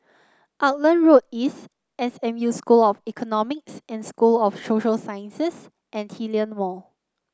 Auckland Road East S M U School of Economics and School of Social Sciences and Hillion Mall